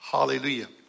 Hallelujah